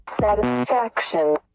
satisfaction